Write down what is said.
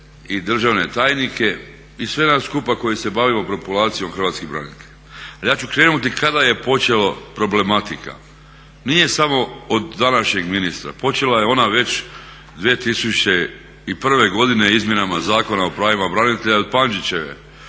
i državne tajnike i sve nas skupa koji se bavimo populacijom hrvatskih branitelja. A ja ću krenuti kada je počela problematika. Nije samo od današnjeg ministra, počela je ona već 2001. godine izmjenama Zakona o pravima branitelja od Pandžićeve